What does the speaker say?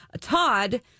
Todd